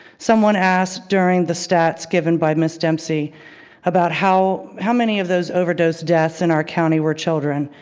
someone asked during the stats given by miss dempsey about how, how many of those overdose deaths in our county were children.